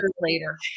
later